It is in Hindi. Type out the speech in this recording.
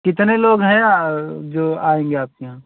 कितने लोग हैं जो आएँगे आपके यहाँ